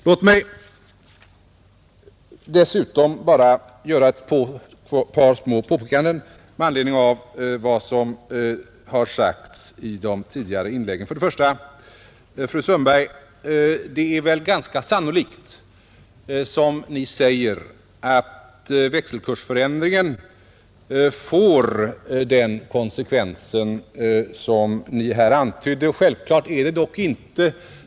Låt mig sedan bara göra ett par små påpekanden med anledning av vad som sagts i de tidigare inläggen. Först och främst är det ganska sannolikt, fru Sundberg, att växelkursförändringen får den konsekvens som Ni här antydde. Självklart är det dock inte.